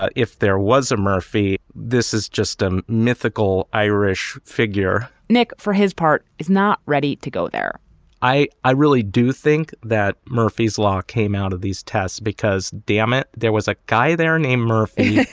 ah if there was a murphy, this is just, um, ah mythical irish figure nick for his part, is not ready to go there i i really do think that murphy's law came out of these tests because, dammit, there was a guy there named murphy.